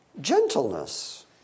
gentleness